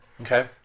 Okay